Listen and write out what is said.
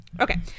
okay